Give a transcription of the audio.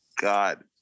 God